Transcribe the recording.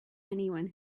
anyone